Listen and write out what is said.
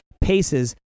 paces